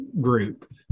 group